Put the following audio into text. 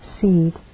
seed